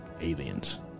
aliens